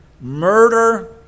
murder